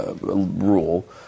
rule